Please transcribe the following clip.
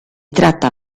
tratta